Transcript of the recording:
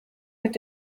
mit